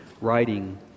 writing